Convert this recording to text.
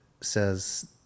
says